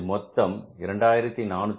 இதில் மொத்தம் 2492 கழித்தல் 1392